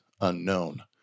unknown